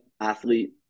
athlete